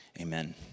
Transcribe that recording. Amen